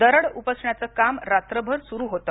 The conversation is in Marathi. दरड उपसण्याचं काम रात्रभर सुरू होतं